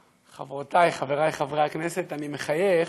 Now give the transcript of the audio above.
חברותי, חברי חברי הכנסת, אני מחייך,